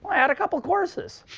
add a couple of courses.